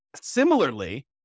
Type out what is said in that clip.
Similarly